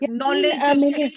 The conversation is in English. knowledge